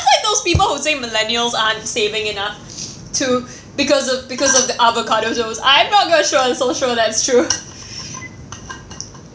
like those people who say millennials aren't saving enough to because of because of the avocado toast I'm not gonna show on social that's true